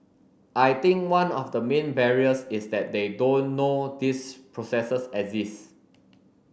I think one of the main barriers is that they don't know these processes exist